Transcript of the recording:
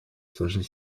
сложной